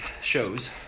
shows